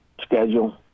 schedule